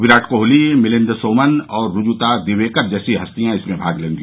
विराट कोहली मिलिंद सोमन और रुजुता दिवेकर जैसी हस्तियां इसमें भाग लेंगी